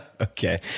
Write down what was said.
Okay